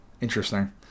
Interesting